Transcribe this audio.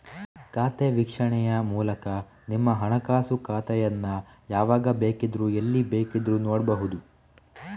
ಖಾತೆ ವೀಕ್ಷಣೆಯ ಮೂಲಕ ನಿಮ್ಮ ಹಣಕಾಸು ಖಾತೆಯನ್ನ ಯಾವಾಗ ಬೇಕಿದ್ರೂ ಎಲ್ಲಿ ಬೇಕಾದ್ರೂ ನೋಡ್ಬಹುದು